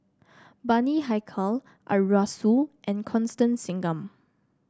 Bani Haykal Arasu and Constance Singam